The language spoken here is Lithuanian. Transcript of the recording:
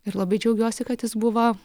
ir labai džiaugiuosi kad jis buvo